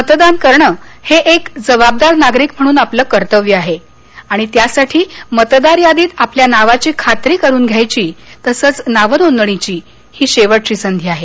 मतदान करण हे एक जबाबदार नागरिक म्हणून आपलं कर्तव्य आहे आणि त्यासाठी मतदारयादीत आपल्या नावाची खात्री करून घ्यायची तसंच नाव नोदणीची ही शेवटची संधी आहे